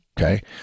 okay